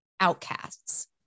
outcasts